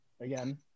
again